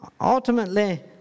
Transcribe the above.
Ultimately